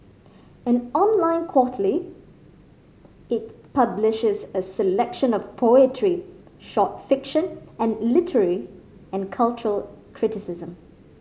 an online quarterly it publishes a selection of poetry short fiction and literary and cultural criticism